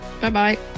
Bye-bye